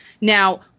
Now